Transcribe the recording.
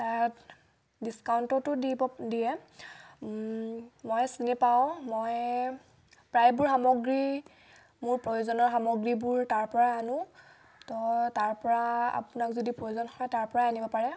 তাত ডিছকাউণ্টতো দিব দিয়ে মই চিনি পাওঁ মই প্ৰায়বোৰ সামগ্ৰী মোৰ প্ৰয়োজনৰ সামগ্ৰীবোৰ তাৰ পৰা আনো তাৰ পৰা আপোনাক যদি প্ৰয়োজন হয় তাৰ পৰা আনিব পাৰে